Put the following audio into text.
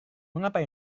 mengapa